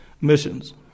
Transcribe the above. missions